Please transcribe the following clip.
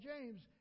James